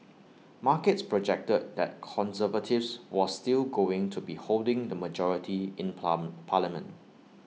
markets projected that conservatives was still going to be holding the majority in plum parliament